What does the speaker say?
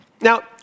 Now